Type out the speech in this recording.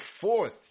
fourth